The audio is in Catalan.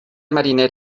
mariner